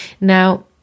now